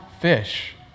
fish